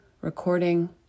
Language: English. recording